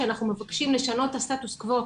שאנחנו מבקשים לשנות את הסטטוס קוו,